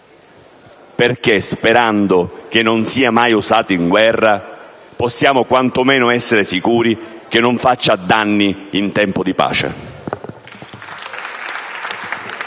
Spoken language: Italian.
perché, sperando che non sia mai usato in guerra, possiamo quanto meno essere sicuri che non faccia danni in tempo di pace.